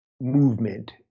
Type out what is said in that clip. movement